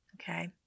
Okay